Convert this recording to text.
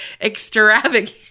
extravagant